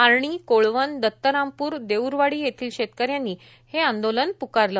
आर्णी कोळवन दत्तरामपूर देऊरवाडी येथील शेतकऱ्यांनी हे आंदोलन प्कारले